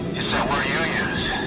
it's that word you use,